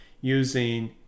using